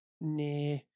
Nah